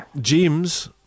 James